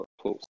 close